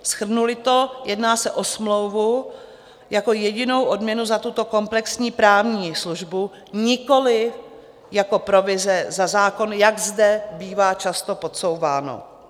Shrnuli to, jedná se o smlouvu jako jedinou odměnu za tuto komplexní právní službu, nikoliv jako provize za zákon, jak zde bývá často podsouváno.